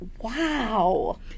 Wow